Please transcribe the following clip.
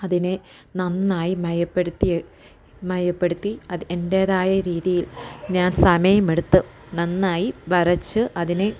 അതിനെ നന്നായി മയപ്പെടുത്തി മയപ്പെടുത്തി അത് എൻറ്റേതായ രീതിയിൽ ഞാൻ സമയമെടുത്ത് നന്നായി വരച്ച് അതിന്